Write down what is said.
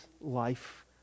life